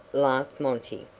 laughed monty.